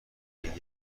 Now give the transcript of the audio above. لیگ